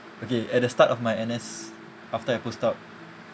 okay at the start of my N_S after I post out